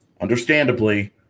understandably—